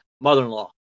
mother-in-law